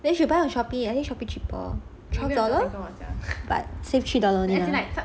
then should buy on shopee I think shopee should be cheaper like twelve dollar but save three dollar only lah